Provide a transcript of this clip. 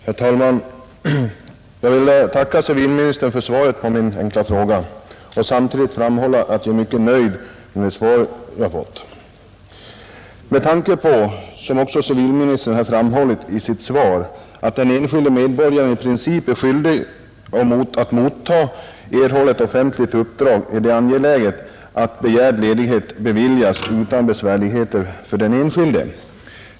Herr talman! Jag vill tacka civilministern för svaret på min enkla fråga och samtidigt framhålla att jag är mycket nöjd med detta svar. Med tanke på — som också civilministern här har framhållit i sitt svar — att den enskilde medborgaren i princip är skyldig att motta erhållet offentligt uppdrag är det angeläget att begärd ledighet beviljas utan besvärligheter för den enskilde.